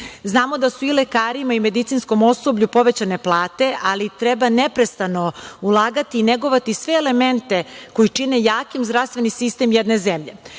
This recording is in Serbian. Znamo da su i lekarima i medicinskom osoblju povećane plate, ali treba neprestano ulagati i negovati sve elemente koji čine jakim zdravstveni sistem jedne zemlje.